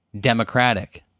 democratic